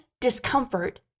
discomfort